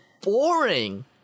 boring